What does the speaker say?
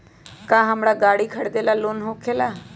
का हमरा गारी खरीदेला लोन होकेला?